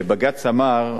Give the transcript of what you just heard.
ובג"ץ אמר,